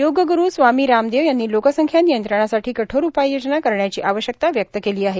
योगगूरू स्वामी रामदेव यांनी लोकसंख्या नियंत्रणासाठी कठोर उपाययोजना करण्याची आवश्यकता व्यक्त केली आहे